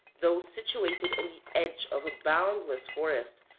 though situated on the edge of a boundless forest,